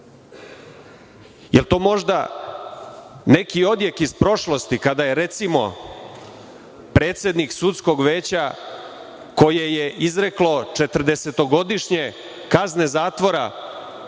li je to možda neki odjek iz prošlosti, kada je, recimo, predsednik sudskog veća, koje je izreklo četrdesetogodišnje kazne zatvora